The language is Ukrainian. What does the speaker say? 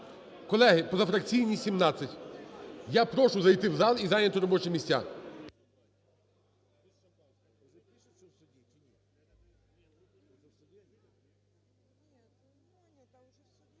Колеги, позафракційні – 17. Я прошу зайти в зал і зайняти робочі місця.